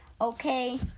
Okay